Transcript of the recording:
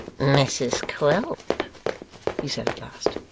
mrs quilp he said at last.